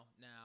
now